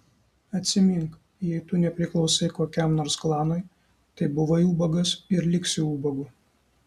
atsimink jei tu nepriklausai kokiam nors klanui tai buvai ubagas ir liksi ubagu